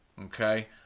Okay